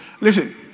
listen